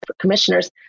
commissioners